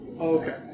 Okay